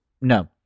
no